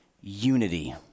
unity